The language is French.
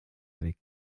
avec